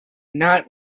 not